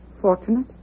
Fortunate